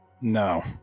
No